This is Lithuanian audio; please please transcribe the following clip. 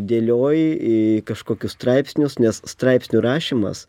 dėlioji į kažkokius straipsnius nes straipsnių rašymas